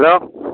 hello